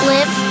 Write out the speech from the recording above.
Live